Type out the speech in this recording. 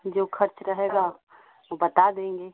जो खर्च रहेगा वह बता देंगे